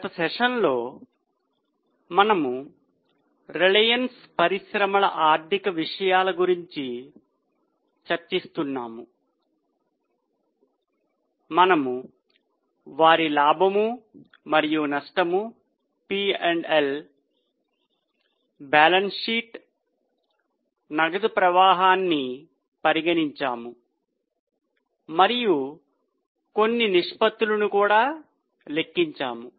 గత సెషన్లో మనము రిలయన్స్ పరిశ్రమల ఆర్థిక విషయాల గురించి చర్చిస్తున్నాము మనము వారి లాభము నష్టం బ్యాలెన్స్ షీట్ నగదు ప్రవాహాన్ని పరిగణించాము మరియు కొన్ని నిష్పత్తులను కూడా లెక్కించాము